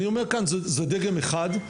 אני אומר כאן, זה דגם אחד.